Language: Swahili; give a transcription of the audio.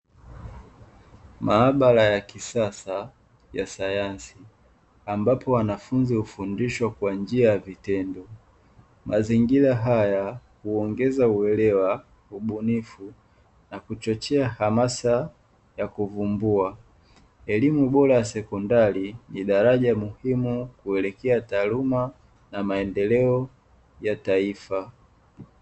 Maabara ya kisasa ya sayansi ambapo wanafunzi hufundishwa kwa njia ya vitendo. Mazingira haya huongeza uelewa, ubunifu na kuchochea hamasa ya kuvumbua. Elimu bora ya sekondari ni daraja ya muhimu kuelekea taaluma na maendeleo ya taifa.